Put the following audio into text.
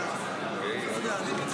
לא הקשבת.